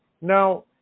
Now